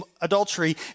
adultery